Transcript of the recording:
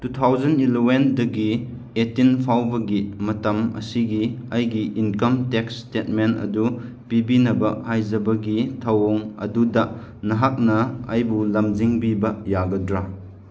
two thousand ꯑꯦꯂꯕꯦꯟꯗꯒꯤ eighteen ꯐꯥꯎꯕꯒꯤ ꯃꯇꯝ ꯑꯁꯤꯒꯤ ꯑꯩꯒꯤ ꯏꯟꯀꯝ ꯇꯦꯛꯁ ꯏꯁꯇꯦꯠꯃꯦꯟ ꯑꯗꯨ ꯄꯤꯕꯤꯅꯕ ꯍꯥꯏꯖꯕꯒꯤ ꯊꯧꯑꯣꯡ ꯑꯗꯨꯗ ꯅꯍꯥꯛꯅ ꯑꯩꯕꯨ ꯂꯝꯖꯤꯡꯕꯤꯕ ꯌꯥꯒꯗ꯭ꯔꯥ